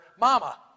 Mama